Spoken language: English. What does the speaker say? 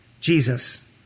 Jesus